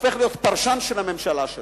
הופך להיות פרשן של הממשלה שלו.